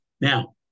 Now